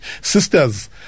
Sisters